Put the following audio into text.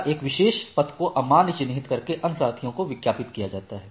या एक विशेष पथ को अमान्य चिह्नित करके अन्य साथियों को विज्ञापित किया जाता है